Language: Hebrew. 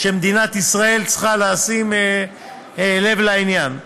ומדינת ישראל צריכה לשים לב לעניין.